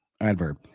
adverb